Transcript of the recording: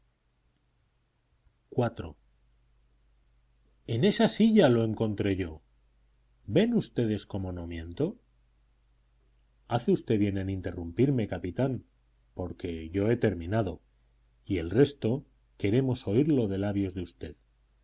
en esa silla lo encontré yo ven ustedes como no miento hace usted bien en interrumpirme capitán porque yo he terminado y el resto queremos oírlo de labios de usted